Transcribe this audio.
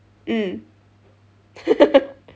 mm